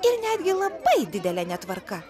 ir netgi labai didelė netvarka